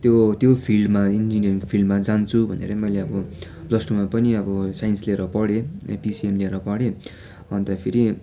त्यो त्यो फिल्डमा इन्जिनियरको फिल्डमा जान्छु भनेरै मैले अब प्लस टुमा पनि अब साइन्स लिएर पढेँ पिसिएम लिएर पढेँ अन्त फेरि